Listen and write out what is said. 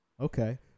Okay